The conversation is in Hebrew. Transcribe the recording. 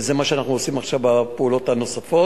וזה מה שאנחנו עושים עכשיו בפעולות הנוספות.